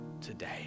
today